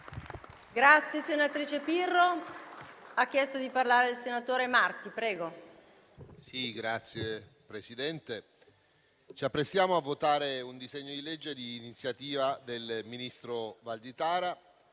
Presidente, ci apprestiamo a votare un disegno di legge di iniziativa del ministro Valditara,